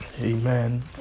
Amen